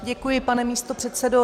Děkuji, pane místopředsedo.